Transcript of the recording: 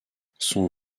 son